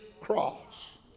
cross